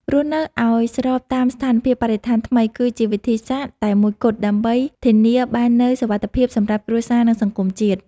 រស់នៅឱ្យស្របតាមស្ថានភាពបរិស្ថានថ្មីគឺជាវិធីសាស្ត្រតែមួយគត់ដើម្បីធានាបាននូវសុវត្ថិភាពសម្រាប់គ្រួសារនិងសង្គមជាតិ។